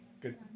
good